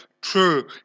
true